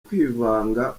kwivanga